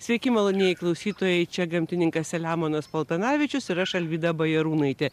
sveiki malonieji klausytojai čia gamtininkas selemonas paltanavičius ir aš alvyda bajarūnaitė